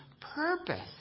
purpose